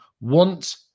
want